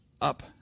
up